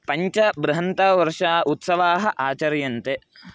पञ्च बृहन्तवर्षा उत्सवाः आचर्यन्ते